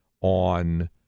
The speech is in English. on